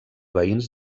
veïns